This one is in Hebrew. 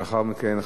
לאחר מכן,